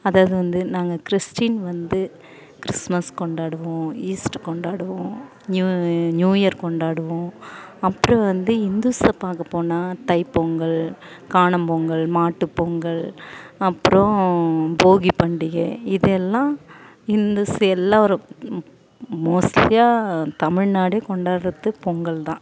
அதாவது வந்து நாங்கள் கிறிஸ்டின் வந்து கிறிஸ்மஸ் கொண்டாடுவோம் ஈஸ்ட்டு கொண்டாடுவோம் நியூ நியூ இயர் கொண்டாடுவோம் அப்புறம் வந்து இந்துஸை பார்க்கப்போனா தைப்பொங்கல் காணும் பொங்கல் மாட்டுப்பொங்கல் அப்புறம் போகிப்பண்டிகை இது எல்லாம் இந்துஸ் எல்லோரும் மோஸ்ட்லியா தமிழ்நாடே கொண்டாடுறது பொங்கல்தான்